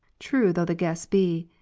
true though the guess be,